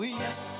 yes